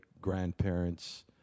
grandparents